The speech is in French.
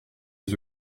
des